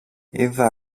είδα